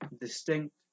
distinct